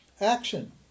action